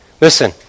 Listen